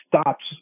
stops